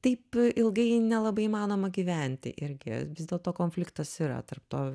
taip ilgai nelabai įmanoma gyventi irgi vis dėlto konfliktas yra tarp to